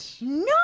No